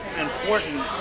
important